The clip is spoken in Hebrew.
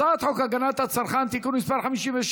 הצעת חוק הביטוח הלאומי (תיקון מס' 208),